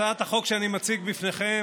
הצעת החוק שאני מציג לפניכם